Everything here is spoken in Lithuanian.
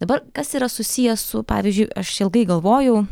dabar kas yra susiję su pavyzdžiui aš ilgai galvojau